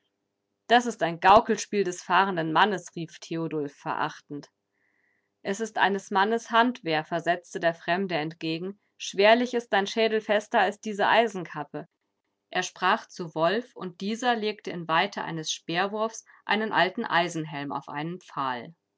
das ist ein gaukelspiel des fahrenden mannes rief theodulf verachtend es ist eines mannes handwehr versetzte der fremde entgegen schwerlich ist dein schädel fester als diese eisenkappe er sprach zu wolf und dieser legte in weite eines speerwurfs einen alten eisenhelm auf einen pfahl